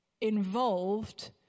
involved